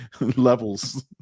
levels